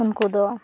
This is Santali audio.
ᱩᱱᱠᱩ ᱫᱚ